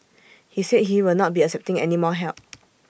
he said he will not be accepting any more help